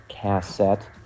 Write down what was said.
cassette